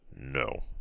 No